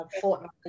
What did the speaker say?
fortnight